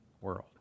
world